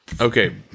Okay